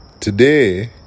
Today